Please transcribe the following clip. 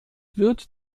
wird